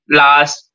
last